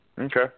okay